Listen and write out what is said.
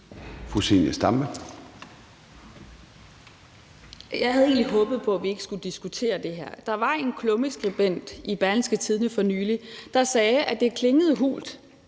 Jeg havde egentlig håbet på, at vi ikke skulle diskutere det her. Der var en klummeskribent i Berlingske, der for nylig sagde, at det klingede hult,